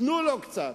תנו לו קצת.